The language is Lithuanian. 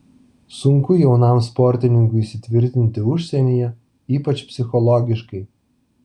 sunku jaunam sportininkui įsitvirtinti užsienyje ypač psichologiškai